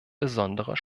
besonderer